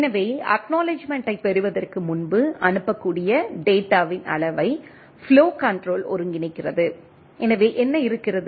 எனவே அக்நாலெட்ஜ்மெண்ட்டைப் பெறுவதற்கு முன்பு அனுப்பக்கூடிய டேட்டாவின் அளவை ஃப்ளோ கண்ட்ரோல் ஒருங்கிணைக்கிறது எனவே என்ன இருக்கிறது